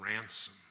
ransom